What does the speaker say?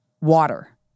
water